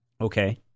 Okay